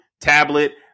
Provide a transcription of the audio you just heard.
tablet